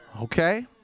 Okay